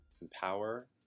empower